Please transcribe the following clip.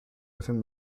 within